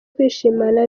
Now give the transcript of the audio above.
kwishimana